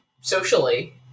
socially